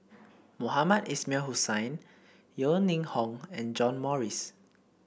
Mohamed Ismail Hussain Yeo Ning Hong and John Morrice